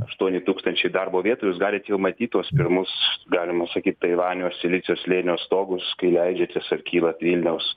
aštuoni tūkstančiai darbo vietų jūs galit jau matyt tuos pirmus galima sakyti taivanio silicio slėnio stogus kai leidžiatės ar kylat vilniaus